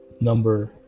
number